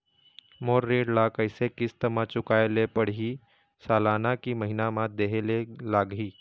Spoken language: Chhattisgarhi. मोर ऋण ला कैसे किस्त म चुकाए ले पढ़िही, सालाना की महीना मा देहे ले लागही?